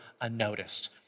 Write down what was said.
unnoticed